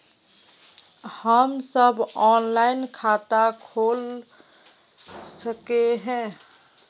हम सब ऑनलाइन खाता खोल सके है?